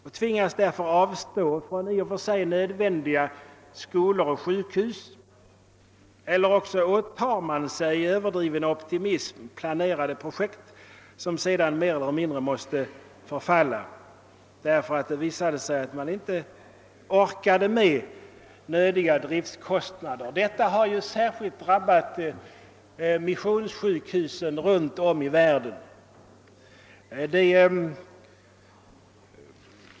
Man tvingas avstå från i och för nödvändiga skolor och sjukhus, eller också åtar man sig i överdriven optimism planerade projekt, som sedan måste mer eller mindre förfalla därför att det visar sig att man inte orkar med driftkostnaderna. Detta har särskilt drabbat missionssjukhusen runt om den underutvecklade världen.